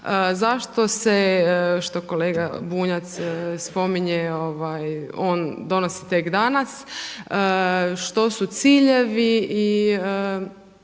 zašto se što kolega Bunjac spominje on donosi tek danas, što su ciljevi i